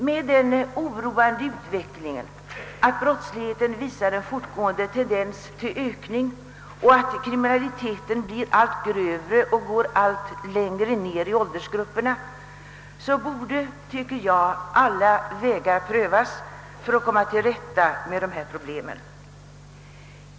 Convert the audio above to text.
Med den oroande utvecklingen, att brottsligheten visar en fortgående tendens till ökning och att kriminaliteten blir allt grövre och sträcker sig allt längre ned i åldersgrupperna, borde alla vägar prövas för att komma till rätta med dessa problem.